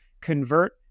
convert